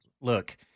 look